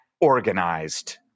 organized